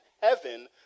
heaven